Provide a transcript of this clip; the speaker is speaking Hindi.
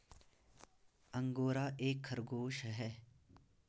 अंगोरा एक खरगोश है